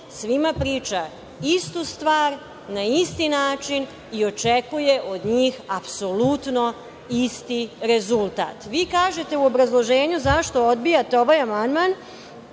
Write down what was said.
svima priča istu stvar, na isti način i očekuje od njih apsolutno isti rezultat. Vi kažete u obrazloženju zašto odbijate ovaj amandman,